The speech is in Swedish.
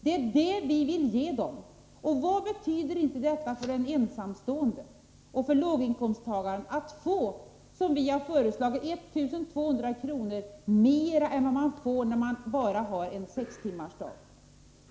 Det är det vi vill ge dem. Och vad betyder det inte för en ensamstående och för låginkomsttagaren att få, som vi har föreslagit, 1200 kr. mer än vad man får när man bara har en sextimmarsdag?